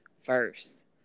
first